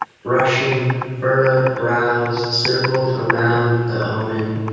brushing furrowed brows circled around the omen.